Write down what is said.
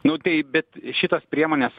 nu tai bet šitos priemonės